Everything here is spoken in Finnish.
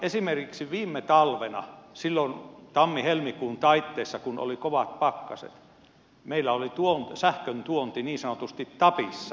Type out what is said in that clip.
esimerkiksi viime talvena silloin tammihelmikuun taitteessa kun oli kovat pakkaset meillä oli sähkön tuonti niin sanotusti tapissa